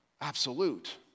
absolute